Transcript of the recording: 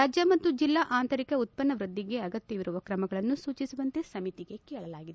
ರಾಜ್ಯ ಮತ್ತು ಜಿಲ್ಲಾ ಆಂತರಿಕ ಉತ್ಪನ್ನ ವೃದ್ಧಿಗೆ ಅಗತ್ಯವಿರುವ ಕ್ರಮಗಳನ್ನು ಸೂಚಿಸುವಂತೆ ಸಮಿತಿಗೆ ಕೇಳಲಾಗಿದೆ